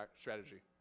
strategy